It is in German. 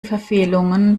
verfehlungen